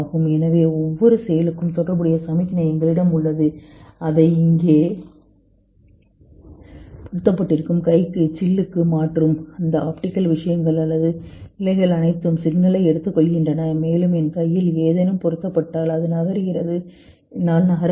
எனவே ஒவ்வொரு செயலுக்கும் தொடர்புடைய சமிக்ஞை எங்களிடம் உள்ளது அதை இங்கே பொருத்தப்பட்டிருக்கும் கைக்கு சில்லுக்கு மாற்றவும் அந்த ஆப்டிகல் விஷயங்கள் அல்லது இழைகள் அனைத்தும் சிக்னலை எடுத்துக்கொள்கின்றன மேலும் என் கையில் ஏதேனும் பொருத்தப்பட்டு அது நகர்கிறது என்னால் முடியும் நகர்வு